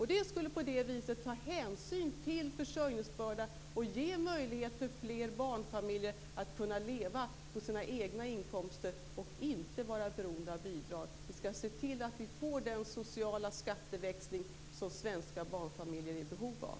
Vi skulle på det viset ta hänsyn till försörjningsbördan och ge fler barnfamiljer möjlighet att leva på sina egna inkomster och inte vara beroende av bidrag. Vi skall se till att vi får den sociala skatteväxling som svenska barnfamiljer är i behov av.